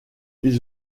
ils